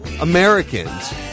Americans